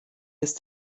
ist